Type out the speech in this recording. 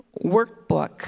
workbook